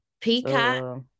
Peacock